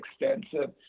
extensive